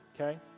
Okay